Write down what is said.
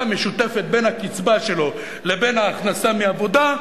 משותפת לקצבה שלו ולהכנסה מעבודה,